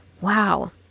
Wow